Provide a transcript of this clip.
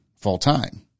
full-time